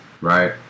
right